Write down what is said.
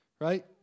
right